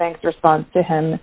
bank's response to him